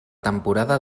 temporada